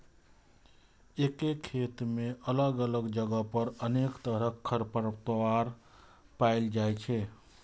एके खेत मे अलग अलग जगह पर अनेक तरहक खरपतवार पाएल जाइ छै